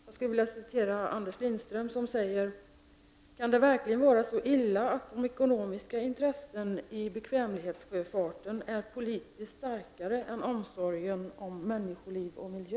Jag vill anföra ett citat av Anders Lindström där han säger: ”Kan det verkligen vara så illa att de ekonomiska intressena i bekvämlighetssjöfarten är politiskt starkare än omsorgen om människoliv och miljö?”